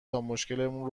تامشکلمون